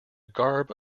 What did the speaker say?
garb